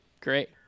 Great